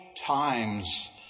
times